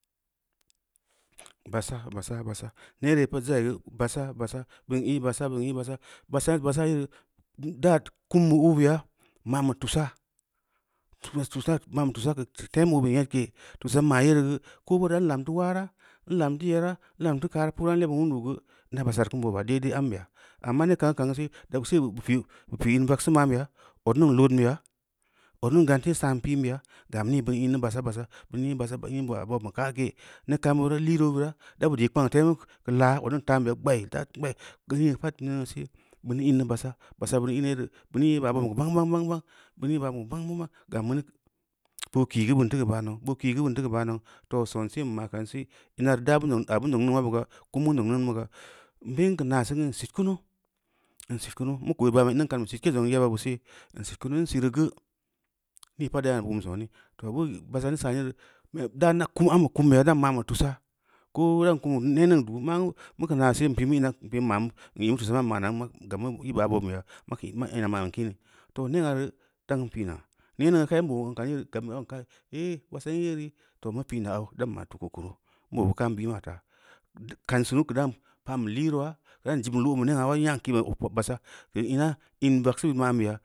Ba’asah-ba’asa’a ne re’ paat ja’i ga ba’asa’a-ba’asa’aa ba nya ba’asa’a, ba’asa’a ye ra dan da’a kuma ‘o’ be ya’a mma’ama tu’usa’a mma’a tu’usaus maan bə tu’usu’a kə tem ‘o’ be nyetkeya tu’usua an ma’a ye rə gə ko’o bo’o da’a nnanm wa’ara’a nnabun to yero’a nna’am tə ka’ara’a pya nda’a leba wu’undu’u gə ndala bəasa’a ra kan bo’o ba’a daida am be ya’a an. a né ka’ani ka’an sei gabse ya’a amma ne ka’anm i ka’an séi gabse bo-bə pi i pii an laksa’a vaka ma’an baya ot niŋ lozun beyin gam ni gə ‘i’ na ba’asa’a ba’asa’a i’ né kam ba ra i’ri’ rə vo’o ra’a da’a bo di’i kpang temulu kə la’a ot miŋ ta’at ən sé ta’a ban ta’a kən mə pa’at an se ban na ən na ba’asa’a bon an ra yeru’u ban ‘o’ boba’a ban ka bag-bagbag ban ‘i’ ban ka bag-bag-bag gam ba na bob ke ga ban tə kə ba’a naʊ bób ké ga ban tə kə bəa nəʊ toh sonse mma’a ka’an sii nnan’a ra da’a vu’um ozung a ban ba ozuŋ nə ma’a ba’a kolo wu’undu ma’a vu’um bə gaa a, bé an kə na’a sen gə ən sitkunu’u an sitkunu’u ma ko’on ba. an bei an niŋ ba’an sitke zoŋ yeba’a ba’ sé ən siltmunu an siirii gə nii pa’at da’a a, da’a kum sone toh be ba’asa’a yeru’u ma da’a əm da’a kum nda’a a, ba kum be a ma’am bə tu’usu’a ko’o an da’a kum né niŋ du’u mma’a gə mə am myi, a tusu’a mma’n ma’ana’a gəb m i’ ba’a boom bé ya’a ma’a ka’ an, a’a ina’a ma’an kinii toh ne ya’a rə da’a kan piin’a niŋ ga’am na wey kwan yeru’u gab be’ ya’a woŋ kai i’ ba’asa’an yeru’u toh nə piina’a da’an, a’a ta’a də ka’an sal nu’u kə da’an pa’an bəliirowa’a nda’an jiim ba ra bə neya’a ba’a nya’a kenan ‘o’ pa’a ba’asa’a bə ina’a an vaksu’u ma’an beya’a.